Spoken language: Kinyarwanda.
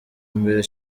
mbere